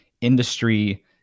industry